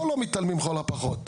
פה לא מתעניינים לכל הפחות.